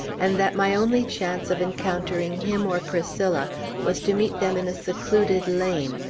and that my only chance of encountering him or priscilla was to meet them in a secluded lane,